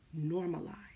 normalize